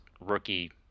rookie